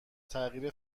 تغییر